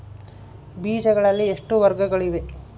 ಬೇಜಗಳಲ್ಲಿ ಎಷ್ಟು ವರ್ಗಗಳಿವೆ?